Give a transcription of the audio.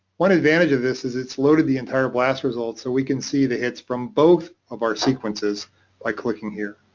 one advantage of this is it's loaded the entire blast results so we can see the hits from both of our sequences by clicking here.